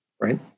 Right